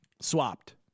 swapped